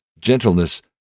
gentleness